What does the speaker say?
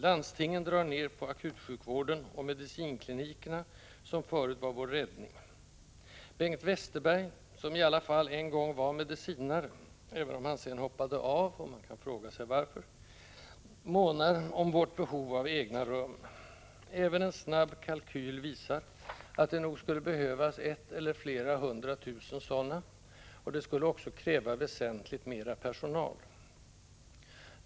Landstingen drar ned på akutsjukvården och medicinklinikerna, som förut var vår räddning. Bengt Westerberg, som i alla fall en gång var medicinare, även om han sedan hoppade av — man kan fråga sig varför —, månar om vårt behov av egna rum. Även en snabb kalkyl visar att det nog skulle behövas etthundratusen eller flera hundratusen sådana, och det skulle också kräva väsentligt mera personal.